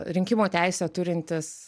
rinkimų teisę turintis